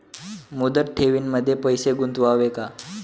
मुदत ठेवींमध्ये पैसे गुंतवावे का?